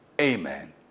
amen